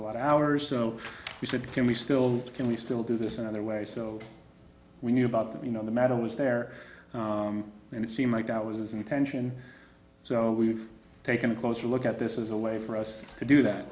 a lot of hours so we said can we still can we still do this another way so we knew about that you know the matter was there and it seemed like that was an attention so we've taken a closer look at this as a way for us to do that